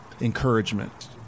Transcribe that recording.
encouragement